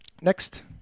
Next